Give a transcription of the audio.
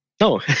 No